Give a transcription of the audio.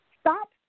stop